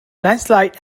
landslide